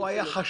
או היה חשש.